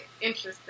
interesting